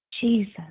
Jesus